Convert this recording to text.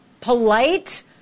polite